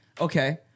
Okay